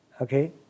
Okay